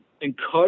encourage